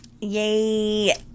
Yay